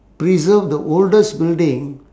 preserve the oldest building